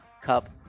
Cup